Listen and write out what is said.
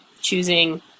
choosing